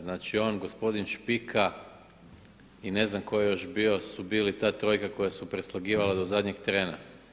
Znači on, gospodin Špika i ne znam ko je još bio su bili ta trojka koja su preslagivala do zadnjeg trena.